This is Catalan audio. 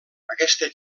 aquesta